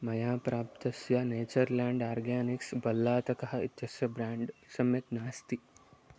मया प्राप्तस्य Nature Land Organics बल्लातकः इत्यस्य ब्राण्ड् सम्यक् नास्ति